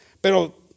Pero